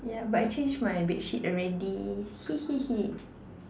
yeah but I change my bed sheet already hee hee hee